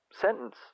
sentence